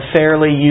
Fairly